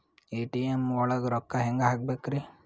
ATM ಒಳಗ್ ರೊಕ್ಕ ಹೆಂಗ್ ಹ್ಹಾಕ್ಬೇಕ್ರಿ?